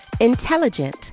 Intelligent